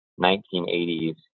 1980s